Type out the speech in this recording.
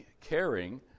caring